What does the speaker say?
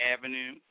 Avenue